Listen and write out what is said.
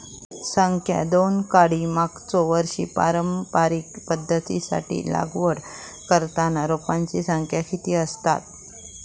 संख्या दोन काडी मागचो वर्षी पारंपरिक पध्दतीत लागवड करताना रोपांची संख्या किती आसतत?